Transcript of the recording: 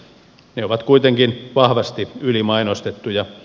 ne ovat kuitenkin vahvasti ylimainostettuja